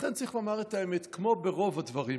לכן צריך לומר את האמת: כמו ברוב הדברים,